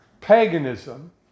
paganism